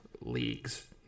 leagues